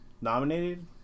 nominated